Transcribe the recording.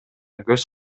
көз